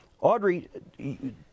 Audrey